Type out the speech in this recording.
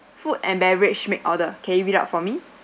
food and beverage make order can you read out for me